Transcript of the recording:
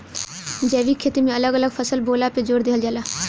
जैविक खेती में अलग अलग फसल बोअला पे जोर देहल जाला